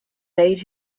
made